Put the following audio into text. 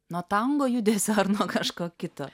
nuo tango judesio ar nuo kažko kito